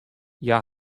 hja